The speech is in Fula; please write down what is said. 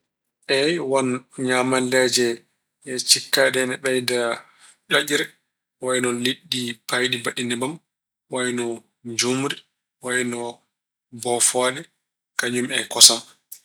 Eey, on ñaamaleeje cikkaaɗe ine ɓeyda ƴoƴre wayno liɗɗi mawɗi, mbaɗɗi nebam, wayno njuumri, wayno bofooɗe kañum e kosam.